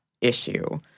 issue